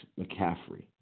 McCaffrey